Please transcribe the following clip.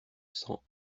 cents